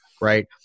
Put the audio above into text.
right